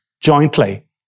jointly